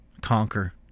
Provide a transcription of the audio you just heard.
conquer